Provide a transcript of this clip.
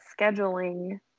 scheduling